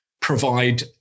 provide